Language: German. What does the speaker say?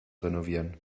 renovieren